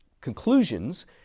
conclusions